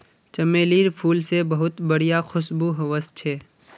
चमेलीर फूल से बहुत बढ़िया खुशबू वशछे